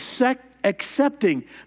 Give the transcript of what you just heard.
accepting